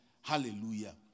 Hallelujah